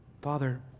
Father